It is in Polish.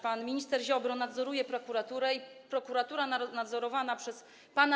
Pan minister Ziobro nadzoruje prokuraturę i prokuratura nadzorowana przez pana